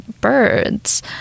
birds